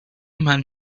men